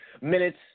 minutes